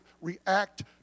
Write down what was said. react